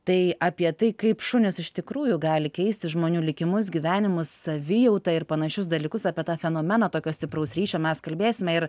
tai apie tai kaip šunys iš tikrųjų gali keisti žmonių likimus gyvenimus savijautą ir panašius dalykus apie tą fenomeną tokio stipraus ryšio mes kalbėsime ir